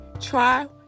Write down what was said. try